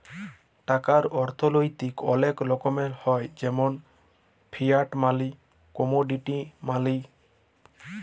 টাকার অথ্থলৈতিক অলেক রকমের হ্যয় যেমল ফিয়াট মালি, কমোডিটি মালি